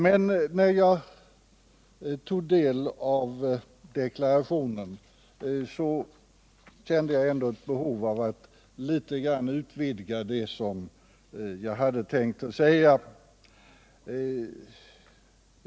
Men när jag tog del av utrikesministerns deklaration kände jag ändå ett behov av att lägga något ytterligare till det som jag från början hade tänkt säga.